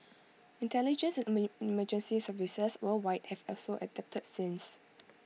intelligence and emergency services worldwide have also adapted since